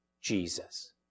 Jesus